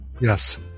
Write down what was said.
yes